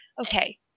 Okay